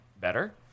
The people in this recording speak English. better